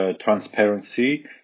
transparency